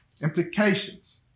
implications